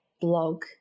blog